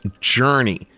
Journey